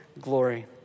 glory